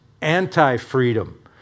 anti-freedom